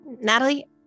Natalie